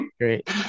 Great